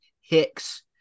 Hicks